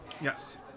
Yes